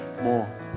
More